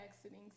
exiting